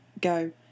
Go